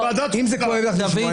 דוד.